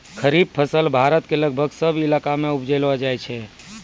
खरीफ फसल भारत के लगभग सब इलाका मॅ उपजैलो जाय छै